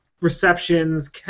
receptions